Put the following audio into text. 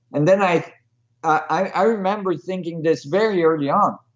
and then, i i remember thinking this very early on.